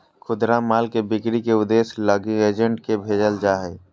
खुदरा माल के बिक्री के उद्देश्य लगी एजेंट के भेजल जा हइ